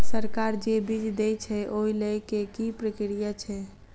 सरकार जे बीज देय छै ओ लय केँ की प्रक्रिया छै?